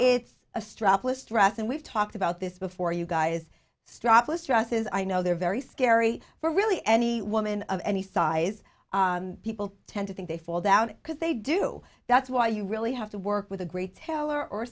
it's a strapless dress and we've talked about this before you guys strapless dresses i know they're very scary for really any woman of any size people tend to think they fall down because they do that's why you really have to work with a great tailor or